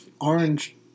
orange